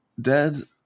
dead